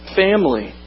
family